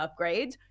upgrades